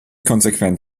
konsequent